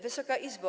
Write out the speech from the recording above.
Wysoka Izbo!